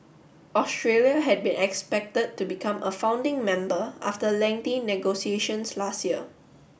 Australia had been expected to become a founding member after lengthy negotiations last year